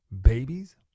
babies